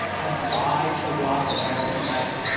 i tried to watch american idol.